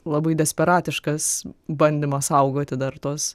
labai desperatiškas bandymas saugoti dar tuos